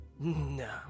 No